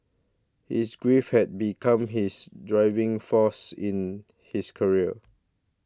his grief had become his driving force in his career